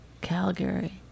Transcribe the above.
Calgary